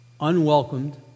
unwelcomed